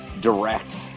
direct